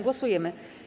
Głosujemy.